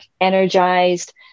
energized